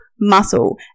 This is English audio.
muscle